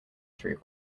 through